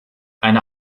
eine